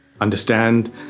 understand